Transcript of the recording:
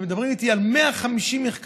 ומדברים איתי על 150 מחקרים,